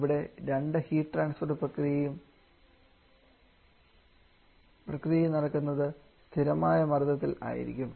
ഇവിടെ രണ്ട് heat transfer പ്രക്രിയയും നടക്കുന്നത് സ്ഥിരമായ മർദ്ദത്തിൽ ആയിരിക്കും